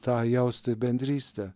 tą jausti bendrystę